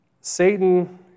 Satan